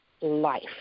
life